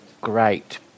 great